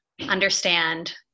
understand